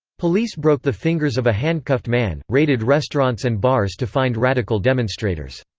police broke the fingers of a handcuffed man, raided restaurants and bars to find radical demonstrators.